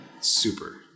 Super